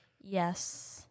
Yes